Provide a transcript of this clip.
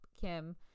Kim